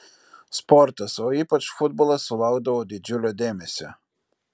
sportas o ypač futbolas sulaukdavo didžiulio dėmesio